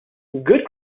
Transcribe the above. good